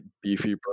beefy